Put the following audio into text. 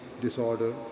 disorder